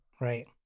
right